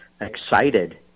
excited